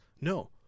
No